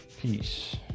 Peace